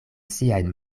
siajn